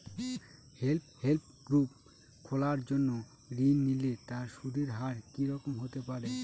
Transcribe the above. Self help group খোলার জন্য ঋণ নিলে তার সুদের হার কি রকম হতে পারে?